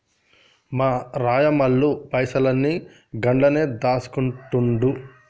మా రాయమల్లు పైసలన్ని గండ్లనే దాస్కుంటండు